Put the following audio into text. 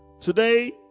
Today